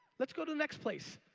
let's go to the next place.